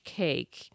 cake